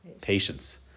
patience